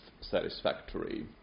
satisfactory